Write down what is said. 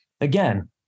Again